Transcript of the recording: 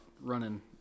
running